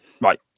Right